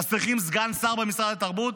אז צריכים סגן שר במשרד התרבות?